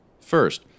First